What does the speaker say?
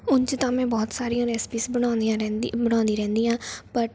ਉਂਝ ਤਾਂ ਮੈਂ ਬਹੁਤ ਸਾਰੀਆਂ ਰੈਸਿਪੀਸ ਬਣਾਉਂਦੀਆਂ ਰਹਿੰਦੀ ਬਣਾਉਂਦੀ ਰਹਿੰਦੀ ਹਾਂ ਬਟ